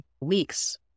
weeks